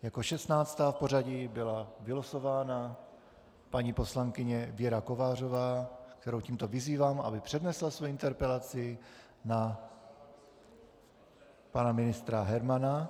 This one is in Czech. Jako 16. v pořadí byla vylosována paní poslankyně Věra Kovářová, kterou tímto vyzývám, aby přednesla svoji interpelaci na pana ministra Hermana.